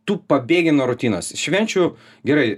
tu pabėgi nuo rutinos švenčių gerai